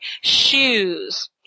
shoes